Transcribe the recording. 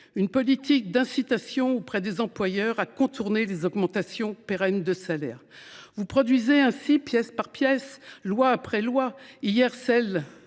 a pour effet d’inciter les employeurs à contourner les augmentations pérennes de salaires. Vous produisez ainsi, pièce par pièce, loi après loi – hier la